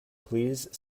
please